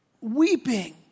weeping